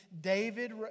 David